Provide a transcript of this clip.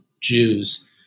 Jews